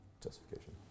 justification